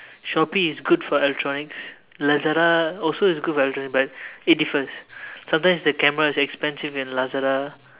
Shoppe is good for electronics Lazada also is good for electronics but it's different sometimes the camera is expensive in Lazada